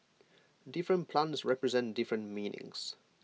different plants represent different meanings